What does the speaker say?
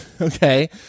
okay